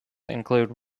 include